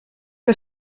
que